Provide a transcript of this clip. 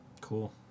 Cool